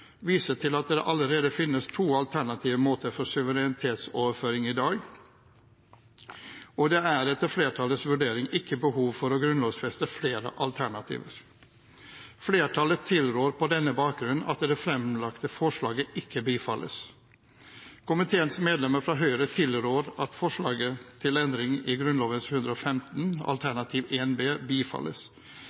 viser til at det allerede finnes to alternative måter for suverenitetsoverføring i dag, og det er etter flertallets vurdering ikke behov for å grunnlovfeste flere alternativer. Flertallet tilrår på denne bakgrunn at det fremlagte forslaget ikke bifalles. Komiteens medlemmer fra Høyre tilrår at forslaget til endring i Grunnloven § 115, alternativ 1 B, bifalles.